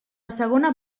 segona